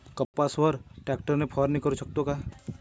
कापसावर ट्रॅक्टर ने फवारणी करु शकतो का?